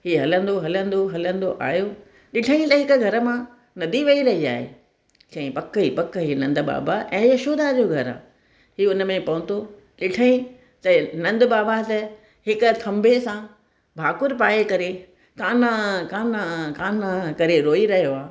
हीउ हलंदो हलंदो हलंदो आहियो ॾिठईं त हिक घर मां नदी वही रही आहे चईं पक ई पक हीउ नंद बाबा ऐं यशोदा जो घरु आहे हीअं हुन में पहुतो ॾिठईं त नंद बाबा त हिक थम्भे सां भाकुरु पाए करे कान्हा कान्हा कान्हा करे रोई रहियो आहे